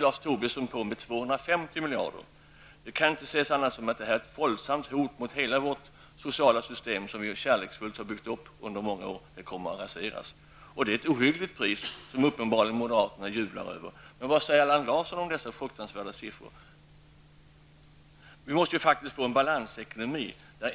Lars Tobisson späder på och nämner beloppet 250 miljarder. Det kan inte ses annat än som ett våldsamt hot mot hela vårt sociala system, som vi kärleksfullt har byggt upp under många år. Detta system kommer att raseras. Det är ett ohyggligt pris som vi får betala. Men uppenbarligen jublar moderaterna. Vad säger då Allan Larsson om dessa fruktansvärda siffror? Vi måste faktiskt få balans i ekonomin.